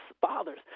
fathers